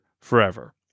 forever